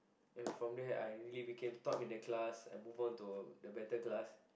and from that I really became top in the class and move on to a better class